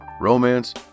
romance